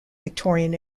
victorian